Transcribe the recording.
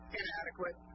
inadequate